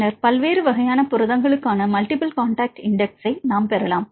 பின்னர் பல்வேறு வகையான புரதங்களுக்கான மல்டிபிள் காண்டாக்ட் இண்டெக்ஸ் நாம் பெறலாம்